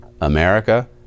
America